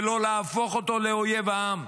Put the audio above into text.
ולא להפוך אותו לאויב העם.